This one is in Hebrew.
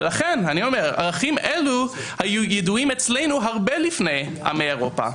אני אומר ערכים אלה היו ידועים אצלנו הרבה לפני עמי אירופה.